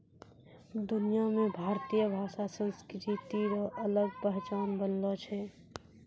दुनिया मे भारतीय भाषा संस्कृति रो अलग पहचान बनलो छै